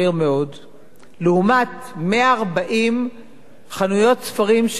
לעומת 140 חנויות ספרים של "סטימצקי"